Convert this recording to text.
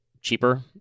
cheaper